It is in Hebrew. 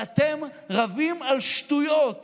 ואתם רבים על שטויות